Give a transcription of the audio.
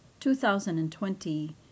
2020